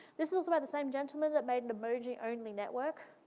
this is about the same gentleman that made an emoji only network.